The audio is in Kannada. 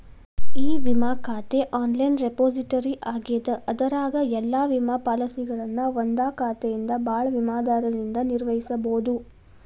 ಇ ವಿಮಾ ಖಾತೆ ಆನ್ಲೈನ್ ರೆಪೊಸಿಟರಿ ಆಗ್ಯದ ಅದರಾಗ ಎಲ್ಲಾ ವಿಮಾ ಪಾಲಸಿಗಳನ್ನ ಒಂದಾ ಖಾತೆಯಿಂದ ಭಾಳ ವಿಮಾದಾರರಿಂದ ನಿರ್ವಹಿಸಬೋದು